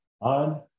on